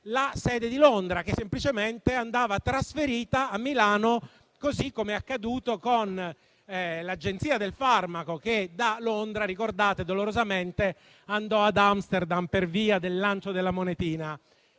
la sede di Londra, che semplicemente andava trasferita a Milano, così come è accaduto con l'Agenzia del farmaco, che da Londra dolorosamente andò ad Amsterdam per via del lancio della monetina.